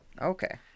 Okay